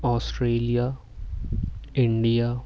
Australia India